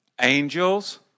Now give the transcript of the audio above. angels